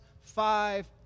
five